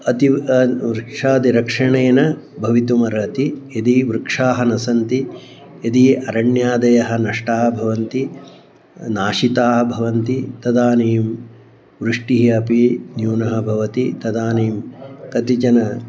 अति वृक्षादि रक्षणेन भवितुम् अर्हन्ति यदि वृक्षाः न सन्ति यदि अरण्यादयः नष्टाः भवन्ति नाशिताः भवन्ति तदानीं वृष्टिः अपि न्यूनः भवति तदानीं कतिचन